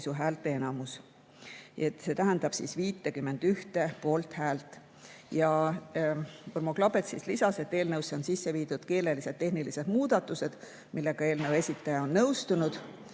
See tähendab vähemalt 51 poolthäält. Urvo Klopets lisas, et eelnõusse on sisse viidud keelelised ja tehnilised muudatused, millega eelnõu esitaja on nõustunud.